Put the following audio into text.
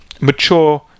mature